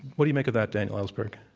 what do you make of that, daniel ellsberg?